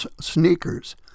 sneakers